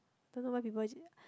don't know why people ju~